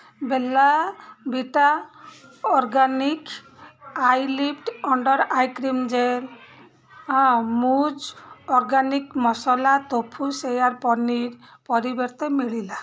Bella Vita organic eyelift under eye cream gel ମୂଜ organic masala tofu soya paneer ପରିବର୍ତ୍ତେ ମିଳିଲା